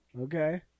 okay